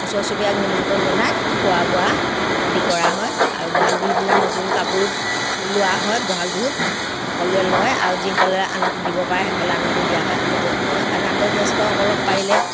ওচৰ চুবুৰীয়াক নিমন্ত্ৰণ জনাই খোৱা বোৱা আদি কৰা হয় আৰু বহাগ বিহুৰ দিনা নতুন কাপোৰো লোৱা হয় বহাগ বিহুত সকলোৱে লয় আৰু যিসকলে আনক দিব পাৰে সেইসকলে আনকো দিয়া হয় মই সাধাৰণতে জ্যেষ্ঠসকলক পাৰিলে